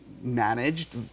managed